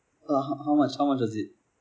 uh how how much how much was it